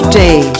day